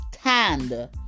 stand